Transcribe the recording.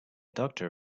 doctor